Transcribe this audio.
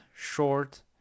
short